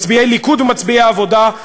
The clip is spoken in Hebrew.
מצביעי הליכוד ומצביעי העבודה,